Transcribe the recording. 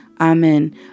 Amen